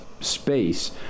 space